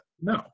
No